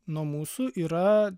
nuo mūsų yra